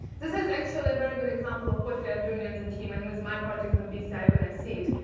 this is actually a very good example of what we are doing in the team, and it was my projects and bci so going to see it.